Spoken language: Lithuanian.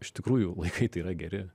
iš tikrųjų laikai tai yra geri